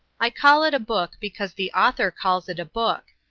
i call it a book because the author calls it a book,